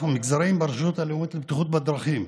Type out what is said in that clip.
המגזרים ברשות הלאומית לבטיחות בדרכים,